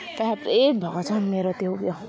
favourite भएको छ मेरो त्यो ऊ यो